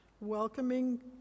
welcoming